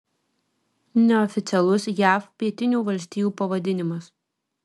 neoficialus jav pietinių valstijų pavadinimas